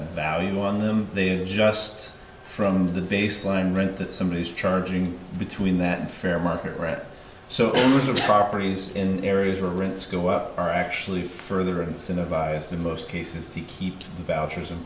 value on them they're just from the baseline rent that somebody is charging between that and fair market rent so the properties in areas where rents go up are actually further and cinna biased in most cases the keep the vouchers in